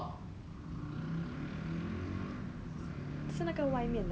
他 actually 不用去做工就是他只是需要去